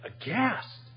aghast